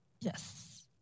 Yes